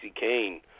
Kane